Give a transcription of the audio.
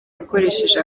yakoresheje